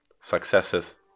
successes